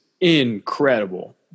incredible